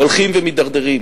הולכים ומידרדרים